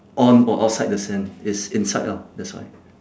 on or outside the sand it's inside lah that's why